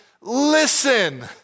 Listen